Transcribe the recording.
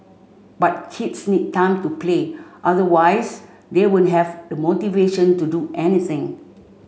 but kids need time to play otherwise they won't have the motivation to do anything